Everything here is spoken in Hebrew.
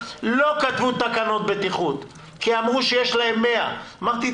לא כתבו תקנות בטיחות כי אמרו שיש להם 100. אמרתי,